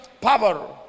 power